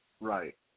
right